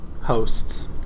hosts